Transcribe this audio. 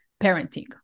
parenting